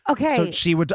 Okay